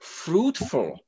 fruitful